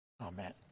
Amen